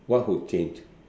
what would change